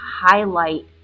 highlight